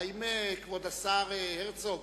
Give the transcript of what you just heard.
האם כבוד השר הרצוג